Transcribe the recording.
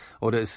oder